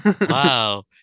Wow